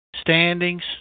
Standings